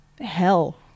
hell